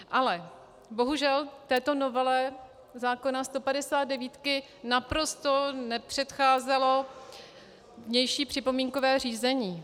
Ale bohužel této novele zákona 159 naprosto nepředcházelo vnější připomínkové řízení.